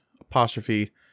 apostrophe